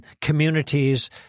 communities